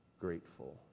grateful